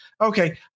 Okay